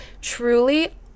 Truly